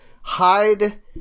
hide